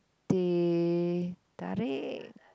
teh-tarik